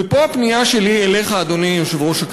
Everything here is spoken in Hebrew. ופה הפנייה שלי אליך, אדוני היושב-ראש.